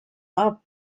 are